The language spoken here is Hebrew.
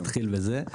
אני אתחיל בזה.